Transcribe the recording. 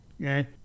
Okay